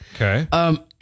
Okay